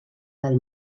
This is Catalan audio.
del